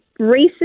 racist